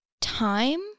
time